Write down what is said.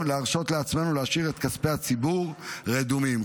להרשות לעצמנו להשאיר את כספי הציבור רדומים.